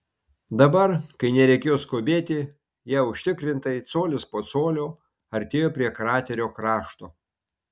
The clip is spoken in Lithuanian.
dabar kai nereikėjo skubėti jie užtikrintai colis po colio artėjo prie kraterio krašto